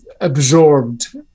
absorbed